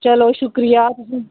चलो शुक्रिया